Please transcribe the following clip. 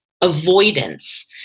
avoidance